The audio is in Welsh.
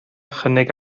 chynnig